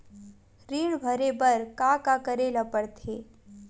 ऋण भरे बर का का करे ला परथे?